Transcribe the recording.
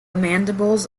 mandibles